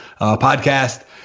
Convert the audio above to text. Podcast